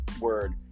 word